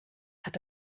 hat